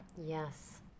Yes